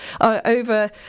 over